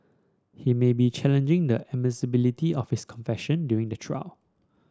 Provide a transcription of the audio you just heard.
he may be challenging the admissibility of his confession during the trial